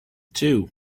two